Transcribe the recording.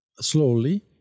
slowly